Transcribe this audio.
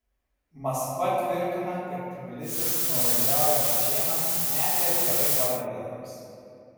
maskva tvirtina kad tbilisis nuolaidžiauja čečėnams netgi atvirai padeda jiems